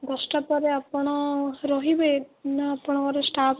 ଦଶଟା ପରେ ଆପଣ ରହିବେ ନା ଆପଣଙ୍କର ଷ୍ଟାଫ୍